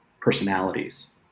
personalities